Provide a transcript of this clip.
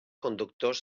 conductors